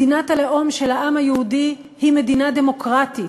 מדינת הלאום של העם היהודי היא מדינה דמוקרטית,